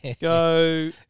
Go